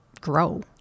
grow